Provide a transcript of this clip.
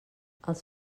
els